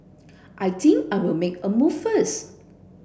I think I will make a move first